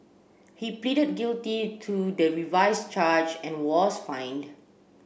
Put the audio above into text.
he pleaded guilty to the revised charge and was fined